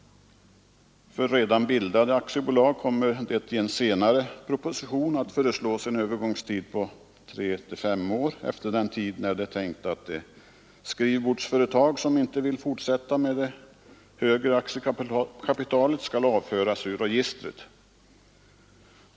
För redan bildade aktiebolag kommer det i en senare proposition att föreslås en övergångstid på 3—5 år. Efter den tiden är det tänkt att de skrivbordsföretag som inte vill fortsätta med det högre aktiekapitalet skall avföras ur registret.